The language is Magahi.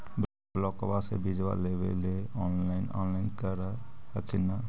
ब्लोक्बा से बिजबा लेबेले ऑनलाइन ऑनलाईन कर हखिन न?